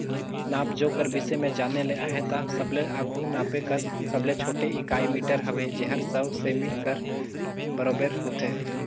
नाप जोख कर बिसे में जाने ले अहे ता सबले आघु नापे कर सबले छोटे इकाई मीटर हवे जेहर सौ सेमी कर बराबेर होथे